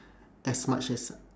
as much as